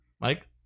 Mike